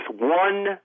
one